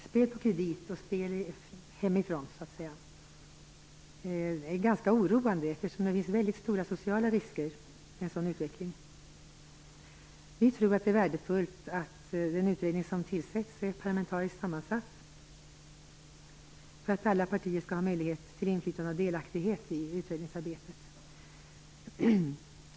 Spel på kredit och spel hemifrån är ganska oroande, eftersom det finns väldigt stora sociala risker med en sådan utveckling. Vi tror att det är värdefullt att den utredning som tillsätts blir parlamentariskt sammansatt, så att alla partier skall ha möjlighet till inflytande och delaktighet i utredningsarbetet.